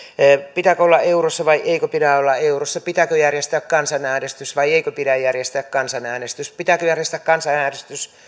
pitääkö olla eurossa vai eikö pidä olla eurossa pitääkö järjestää kansanäänestys vai eikö pidä järjestää kansanäänestystä pitääkö järjestää kansanäänestys